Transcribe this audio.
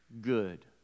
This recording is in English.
good